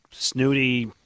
snooty